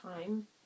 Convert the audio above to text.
time